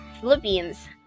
Philippines